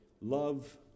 love